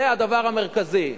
זה הדבר המרכזי.